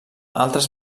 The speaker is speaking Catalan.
altres